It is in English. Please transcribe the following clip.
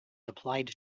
applied